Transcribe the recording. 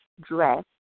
dress